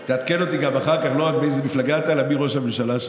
תעדכן אותי גם אחר כך לא רק באיזו מפלגה אתה אלא מי ראש הממשלה שם,